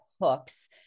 hooks